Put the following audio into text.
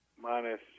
Minus –